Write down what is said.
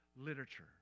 literature